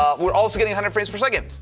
ah we're also getting hundred frames per second.